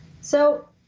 So-